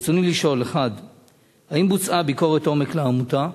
רצוני לשאול: האם בוצעה ביקורת עומק לעמותה?